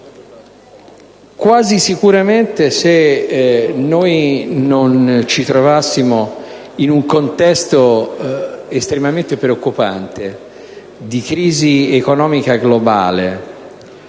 del Governo, se non ci trovassimo in un contesto estremamente preoccupante, di crisi economica globale